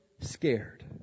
scared